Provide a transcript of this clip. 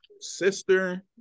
Sister